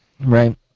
Right